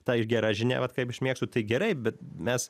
ta ir gera žinia vat kaip aš mėgstu tai gerai bet mes